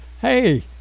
hey